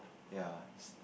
ya it's